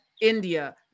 India